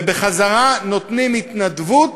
ובחזרה נותנים התנדבות